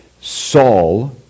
Saul